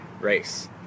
race